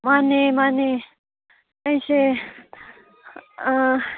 ꯃꯥꯟꯅꯦ ꯃꯥꯟꯅꯦ ꯑꯩꯁꯦ ꯑꯥ